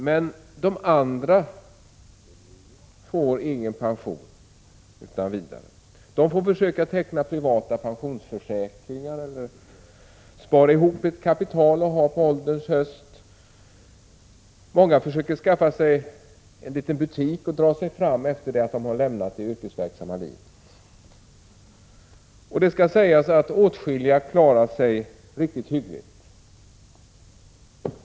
Men de andra får ingen pension utan vidare. De får försöka teckna privata pensionsförsäkringar eller spara ihop ett kapital att ha på ålderns höst. Många försöker skaffa sig en liten butik att dra sig fram med efter det att de har lämnat det yrkesverksamma livet. Det skall sägas att åtskilliga klarar sig riktigt hyggligt.